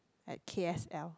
at K_S_L